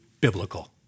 biblical